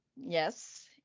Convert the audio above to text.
yes